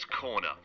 Corner